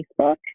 Facebook